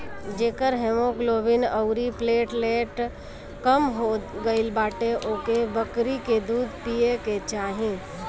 जेकर हिमोग्लोबिन अउरी प्लेटलेट कम हो गईल बाटे ओके बकरी के दूध पिए के चाही